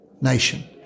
nation